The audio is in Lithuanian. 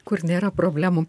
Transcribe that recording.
kur nėra problemų